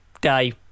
day